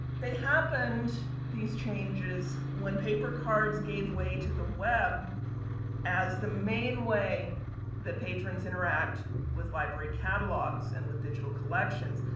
they happened, these changes, when paper cards gave way to the web as the main way the patrons interact with library catalogs and with digital collections.